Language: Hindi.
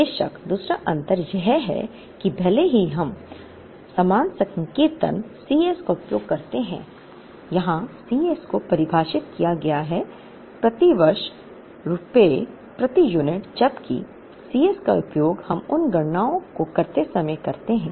बेशक दूसरा अंतर यह है कि भले ही हम समान संकेतन C s का उपयोग करते हैं यहाँ C s को परिभाषित किया गया है प्रति वर्ष रुपये प्रति यूनिट जबकि C s का उपयोग हम उन गणनाओं को करते समय करते हैं